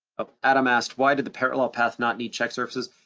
ah adam asked, why did the parallel path not need check surfaces?